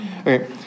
Okay